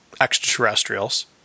extraterrestrials